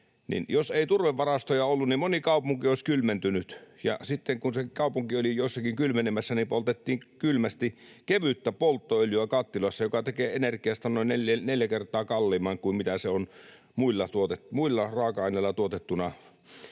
jos ei turvevarastoja olisi ollut, moni kaupunki olisi kylmentynyt. Ja sitten kun kaupunki oli jossakin kylmenemässä, niin poltettiin kylmästi kevyttä polttoöljyä kattilassa, mikä tekee energiasta noin neljä kertaa kalliimman kuin mitä se on muilla raaka-aineilla tuotettuna.